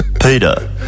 Peter